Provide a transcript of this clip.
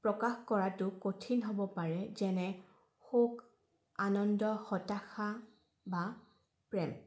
প্ৰকাশ কৰাটো কঠিন হ'ব পাৰে যেনে শোক আনন্দ হতাশা বা প্ৰেম